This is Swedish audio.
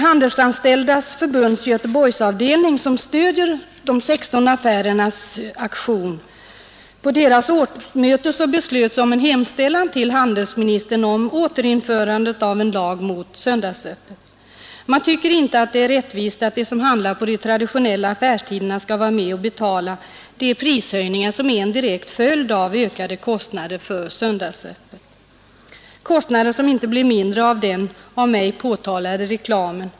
Handelsanställdas Förbunds Göteborgsavdelning stöder de 16 butikernas aktion. På sitt årsmöte beslöt man om en hemställan till handelsministern om återinförandet av en lag mot söndagsöppet. Man tycker inte det är rättvist att de som handlar på de traditionella affärstiderna skall vara med och betala de prishöjningar som är en direkt följd av ökade kostnader för söndagsöppet, kostnader som inte blir mindre genom den av mig påtalade reklamen.